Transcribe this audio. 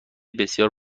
بسیار